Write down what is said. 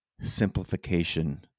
simplification